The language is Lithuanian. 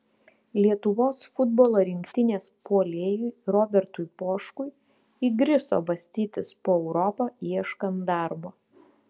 lietuvos futbolo rinktinės puolėjui robertui poškui įgriso bastytis po europą ieškant darbo